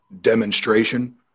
demonstration